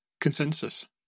consensus